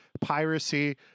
piracy